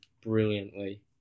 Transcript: brilliantly